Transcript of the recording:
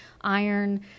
iron